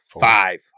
five